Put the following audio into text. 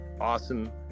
awesome